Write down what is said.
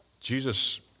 Jesus